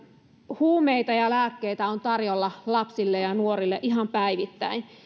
huumeita ja lääkkeitä on tarjolla lapsille ja ja nuorille ihan päivittäin